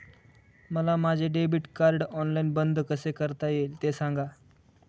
मला माझे debit card online बंद कसे करता येईल, ते सांगा